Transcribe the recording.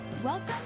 Welcome